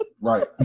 right